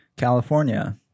California